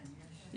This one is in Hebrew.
כן, יש.